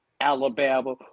Alabama